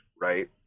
Right